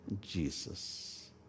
jesus